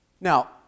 Now